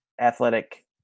athletic